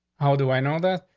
how do i know that?